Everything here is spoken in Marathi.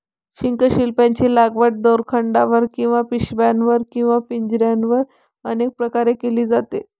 शंखशिंपल्यांची लागवड दोरखंडावर किंवा पिशव्यांवर किंवा पिंजऱ्यांवर अनेक प्रकारे केली जाते